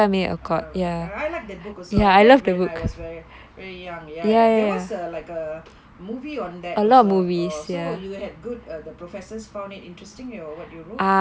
I I like that book also I read when I was very young were ya ya there was like a movie on a that also oh so you had good the professors found it interesting what you wrote